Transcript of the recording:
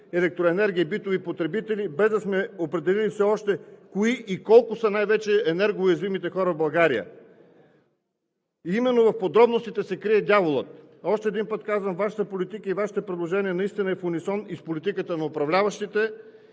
електроенергия – битови потребители, без да сме определили все още кои и колко са най-вече енергоуязвимите хора в България? Именно в подробностите се крие дяволът. Още един път казвам: Вашата политика и Вашите предложения наистина са в унисон и с политиката на управляващите.